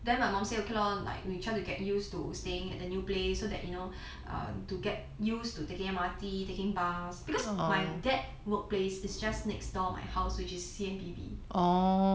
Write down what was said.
then my mum say okay lor like we try to get used to staying at the new place so that you know err to get used to taking M_R_T taking bus because my dad's workplace is is just next door my house which is C_M_P_B